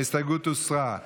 ההסתייגות הוסרה.